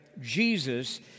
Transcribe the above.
Jesus